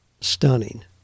stunning